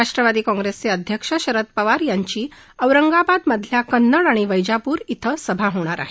राष्ट्रवादी काँग्रेसचे अध्यक्ष शरद पवार यांची औरंगाबाद मधल्या कन्नड आणि वैजापूर इथं सभा होणार आहे